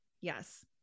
Yes